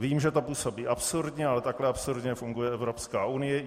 Vím, že to působí absurdně, ale takhle absurdně funguje Evropská unie.